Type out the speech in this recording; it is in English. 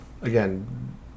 again